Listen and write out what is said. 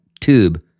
tube